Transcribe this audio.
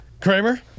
Kramer